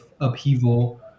upheaval